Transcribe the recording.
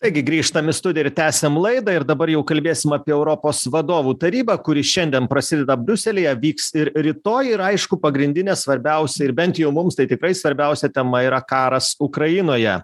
taigi grįžtam į studiją ir tęsiam laidą ir dabar jau kalbėsim apie europos vadovų tarybą kuri šiandien prasideda briuselyje vyks ir rytoj ir aišku pagrindinė svarbiausia ir bent jau mums tai tikrai svarbiausia tema yra karas ukrainoje